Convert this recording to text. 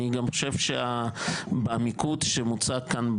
אני חושב שהמיקוד שמוצג כאן,